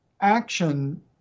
action